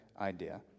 idea